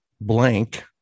blank